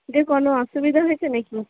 দিয়ে কোনো অসুবিধা হয়েছে না কি